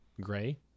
gray